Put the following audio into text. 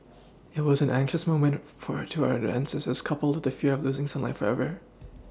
it was an anxious moment for our to our ancestors coupled with the fear of losing sunlight forever